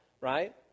right